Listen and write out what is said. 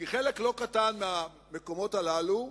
כי חלק לא קטן מהמקומות הללו,